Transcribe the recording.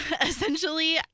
essentially